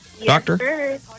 Doctor